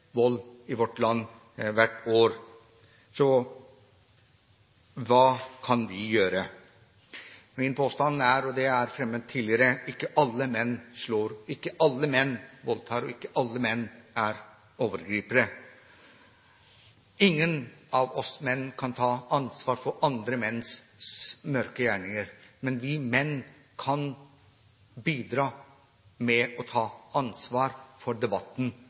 vold i vårt land hvert år. Så hva kan vi gjøre? Min påstand er – og den er fremmet tidligere – at ikke alle menn slår, ikke alle menn voldtar, og ikke alle menn er overgripere. Ingen av oss menn kan ta ansvar for andre menns mørke gjerninger, men vi menn kan bidra med å ta ansvar for debatten,